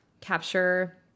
capture